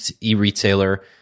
e-retailer